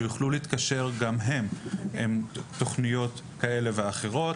שיוכלו להתקשר גם הם עם תוכניות כאלו ואחרות,